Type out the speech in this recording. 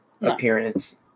appearance